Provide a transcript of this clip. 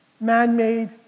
man-made